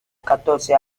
catorce